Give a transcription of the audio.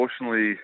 emotionally